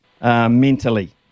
mentally